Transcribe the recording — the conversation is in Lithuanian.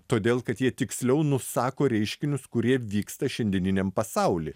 todėl kad jie tiksliau nusako reiškinius kurie vyksta šiandieniniam pasauly